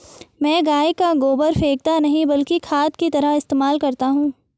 मैं गाय का गोबर फेकता नही बल्कि खाद की तरह इस्तेमाल करता हूं